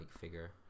figure